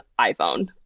iPhone